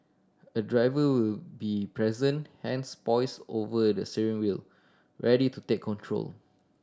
a driver will be present hands poised over the steering wheel ready to take control